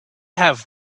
have